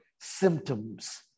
symptoms